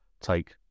take